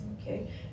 Okay